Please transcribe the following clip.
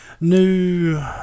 new